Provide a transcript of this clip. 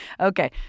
Okay